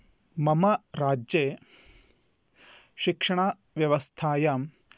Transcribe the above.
मम राज्ये शिक्षणव्यवस्थायां